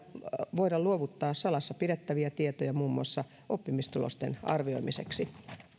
voida luovuttaa salassa pidettäviä tietoja muun muassa oppimistulosten arvioimiseksi